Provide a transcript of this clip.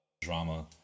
drama